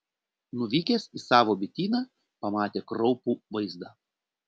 nuvykęs į savo bityną pamatė kraupų vaizdą